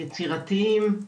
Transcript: יצירתיים,